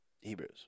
Hebrews